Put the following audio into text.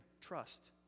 trust